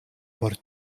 por